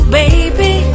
baby